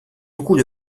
beaucoup